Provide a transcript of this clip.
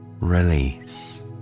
Release